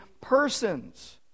persons